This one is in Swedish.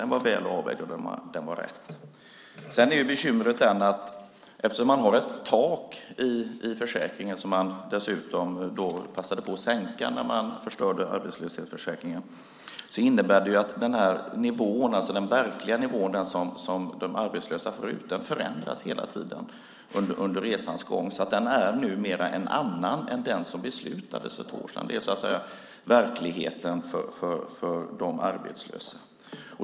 Den var väl avvägd och riktig. Sedan är det ett bekymmer att det finns ett tak i försäkringen som man passade på att sänka när man förstörde arbetslöshetsförsäkringen. Det innebär att den verkliga nivån, den som de arbetslösa får ut, förändras hela tiden under resans gång. Den är numera en annan än den som beslutades för två år sedan. Det är verkligheten för de arbetslösa.